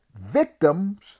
victims